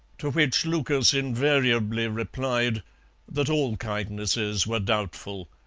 to which lucas invariably replied that all kindnesses were doubtful.